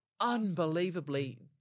Unbelievably